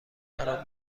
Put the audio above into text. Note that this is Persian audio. قرار